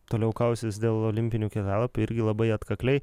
toliau kausis dėl olimpinių kelialapių irgi labai atkakliai